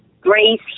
grace